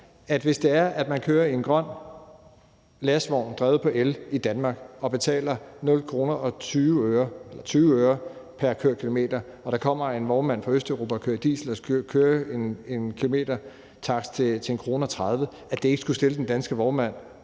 hvis man kører i en grøn lastvogn drevet af el i Danmark og betaler 0,20 kr. pr. kørt kilometer og der kommer en vognmand fra Østeuropa og kører på diesel til en kilometertakst på 1,30 kr., så vil det stille den danske vognmand